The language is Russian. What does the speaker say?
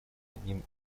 одним